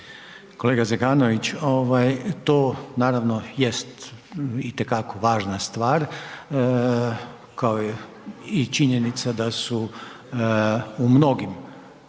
Kolega Zekanović to naravno jest itekako važna stvar kao i činjenica da su mnogim